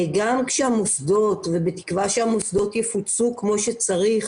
גם כשהמוסדות ובתקווה שהמוסדות יפוצו כמו שצריך